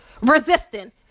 resisting